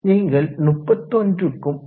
நீங்கள் 31க்கும்18